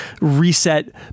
reset